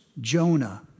Jonah